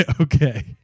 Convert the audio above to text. Okay